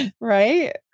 Right